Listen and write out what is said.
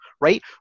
right